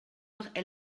noch